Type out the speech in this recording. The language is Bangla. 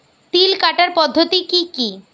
তিল কাটার পদ্ধতি কি কি?